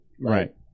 Right